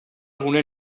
gune